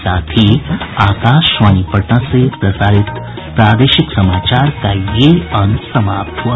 इसके साथ ही आकाशवाणी पटना से प्रसारित प्रादेशिक समाचार का ये अंक समाप्त हुआ